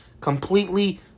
completely